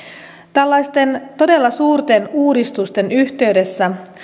tällaisten todella suurten uudistusten yhteydessä